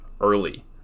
early